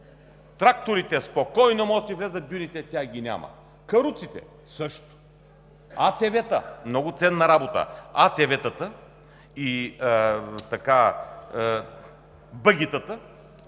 Тракторите спокойно може да си влязат в дюните – тях ги няма. Каруците също. АТВ-та – много ценна работа – АТВ-тата и бъгитата